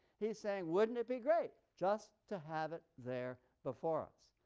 he's saying, wouldn't it be great just to have it there before us?